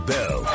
Bell